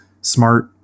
smart